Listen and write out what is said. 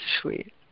sweet